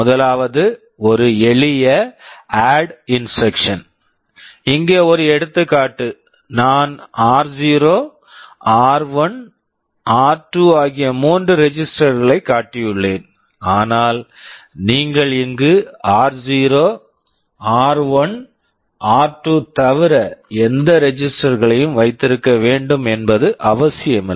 முதலாவது ஒரு எளிய ஆட் add இன்ஸ்ட்ரக்க்ஷன் instruction இங்கே ஒரு எடுத்துக்காட்டு நான் ஆர்0 r0 R one r1 R two r2 ஆகிய மூன்று ரெஜிஸ்டர் register களைக் காட்டியுள்ளேன் ஆனால் நீங்கள் இங்கு ஆர்0 r0 R one r1 R two r2 தவிர எந்த ரெஜிஸ்டர் register களையும் வைத்திருக்க வேண்டும் என்பது அவசியமில்லை